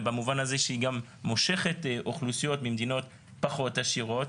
ובמובן הזה שהיא גם מושכת אוכלוסיות ממדינות פחות עשירות.